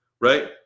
right